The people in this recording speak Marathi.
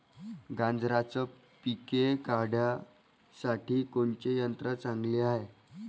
गांजराचं पिके काढासाठी कोनचे यंत्र चांगले हाय?